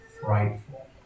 frightful